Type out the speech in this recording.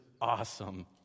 awesome